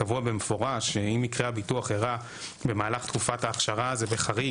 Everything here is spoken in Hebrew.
קבוע במפורש שאם מקרה הביטוח אירע במהלך תקופת האכשרה זה בחריג,